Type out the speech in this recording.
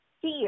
fear